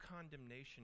condemnation